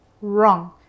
wrong